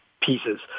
pieces